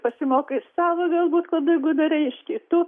pasimokai iš savo galbūt klaidų jeigu darei iš kitų